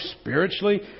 spiritually